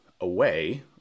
away